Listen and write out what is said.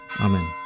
Amen